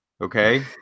Okay